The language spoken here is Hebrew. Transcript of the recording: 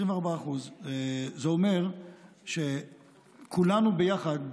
24%. זה אומר שכולנו ביחד,